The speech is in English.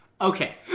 okay